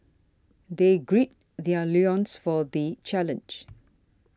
they gird their loins for the challenge